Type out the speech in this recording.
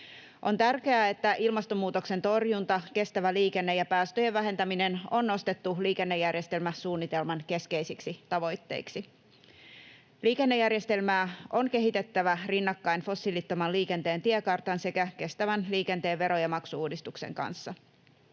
On tärkeää, että ilmastonmuutoksen torjunta, kestävä liikenne ja päästöjen vähentäminen on nostettu liikennejärjestelmäsuunnitelman keskeisiksi tavoitteiksi. Liikennejärjestelmää on kehitettävä rinnakkain fossiilittoman liikenteen tiekartan sekä kestävän liikenteen vero- ja maksu-uudistuksen kanssa.